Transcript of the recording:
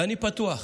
ואני פתוח.